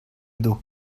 edo